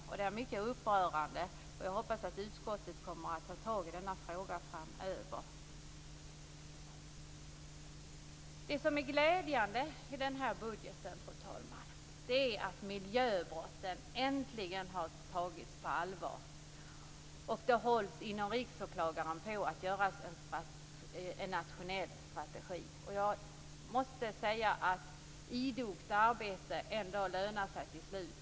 Detta är mycket upprörande. Jag hoppas att utskottet kommer att ta tag i denna fråga framöver. Det som är glädjande i denna budget, fru talman, är att miljöbrotten äntligen har tagits på allvar. Man håller hos Riksåklagaren på att utarbeta en nationell strategi. Jag måste säga att idogt arbete ändå lönar sig till slut.